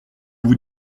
vous